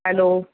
hello